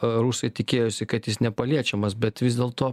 rusai tikėjosi kad jis nepaliečiamas bet vis dėlto